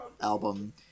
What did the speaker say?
album